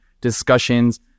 discussions